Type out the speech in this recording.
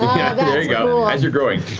there you go. as you're growing